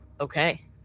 Okay